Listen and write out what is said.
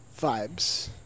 vibes